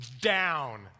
down